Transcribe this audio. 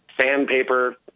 sandpaper